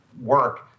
work